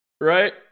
Right